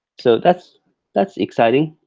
so that's that's exciting.